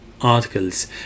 Articles